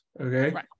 Okay